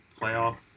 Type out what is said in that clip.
playoff